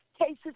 cases